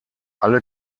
alle